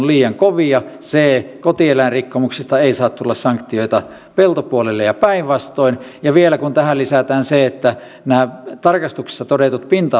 liian kovia c kotieläinrikkomuksista ei saa tulla sanktioita peltopuolelle ja päinvastoin ja vielä tähän lisätään se että näissä tarkastuksissa todetuissa pinta